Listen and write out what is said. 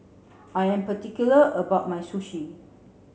I am particular about my Sushi